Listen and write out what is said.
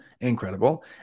incredible